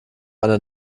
einer